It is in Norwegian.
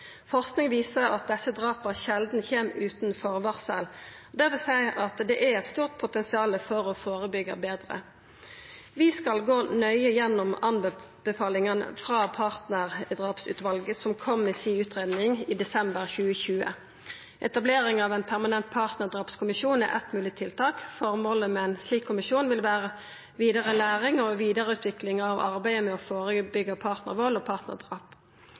Forsking viser at desse drapa sjeldan kjem utan forvarsel. Det vil seie at det er stort potensial for å førebyggja betre. Vi skal gå nøye gjennom anbefalingane frå partnardrapsutvalet, som kom med utgreiinga si i desember 2020. Etablering av ein permanent partnardrapskommisjon er eitt mogleg tiltak. Føremålet med ein slik kommisjon vil vera vidare læring og vidareutvikling av arbeidet med å førebyggja partnarvald og partnardrap.